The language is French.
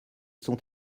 sont